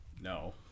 No